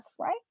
right